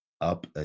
up